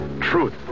truth